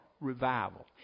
Revival